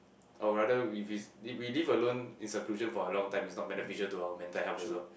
I would rather we vi~ if we live alone in seclusion for a long time is not beneficial to our mental health also